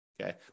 okay